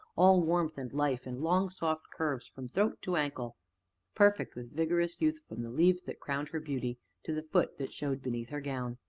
all warmth and life, and long, soft curves from throat to ankle perfect with vigorous youth from the leaves that crowned her beauty to the foot that showed beneath her gown.